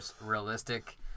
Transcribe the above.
realistic